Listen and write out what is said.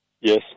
Yes